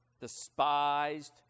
despised